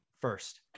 first